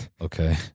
Okay